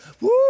Woo